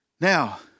Now